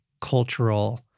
cultural